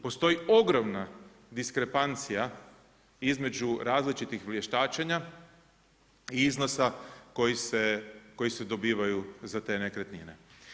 Postoji ogromna diskrepancija između različitih vještačenja i iznosa koji se dobivaju za te nekretnine.